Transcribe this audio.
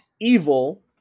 Evil